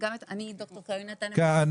ד"ר קרולינה טננבאום